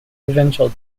eventual